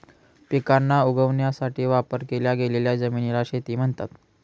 पिकांना उगवण्यासाठी वापर केल्या गेलेल्या जमिनीला शेती म्हणतात